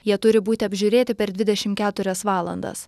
jie turi būti apžiūrėti per dvidešimt keturias valandas